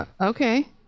Okay